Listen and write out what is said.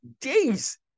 days